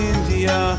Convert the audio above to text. India